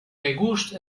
regust